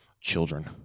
Children